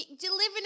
Delivering